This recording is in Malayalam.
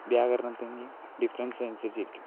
വ്യാകരണത്തിൻ്റെയും ഡിഫറൻസ് അനുസരിച്ചിരിക്കും